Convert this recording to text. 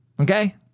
Okay